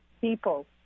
people